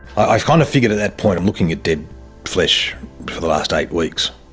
i kind of figured at that point i'm looking at dead flesh for the last eight weeks,